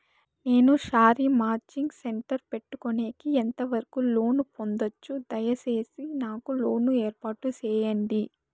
నేను sari matching centre పెట్టుకునేకి ఎంత వరకు లోను పొందొచ్చు? దయసేసి నాకు లోను ఏర్పాటు సేయండి?